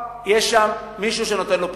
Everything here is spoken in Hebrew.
יש שם מישהו שנותן לו פרטים.